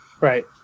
Right